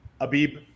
Abib